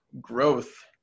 growth